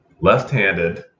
left-handed